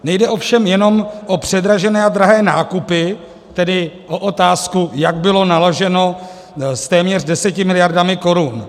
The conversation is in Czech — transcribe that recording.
Nejde ovšem jenom o předražené a drahé nákupy, tedy o otázku, jak bylo naloženo s téměř 10 miliardami korun.